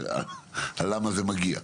למה זה מגיע?